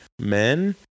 men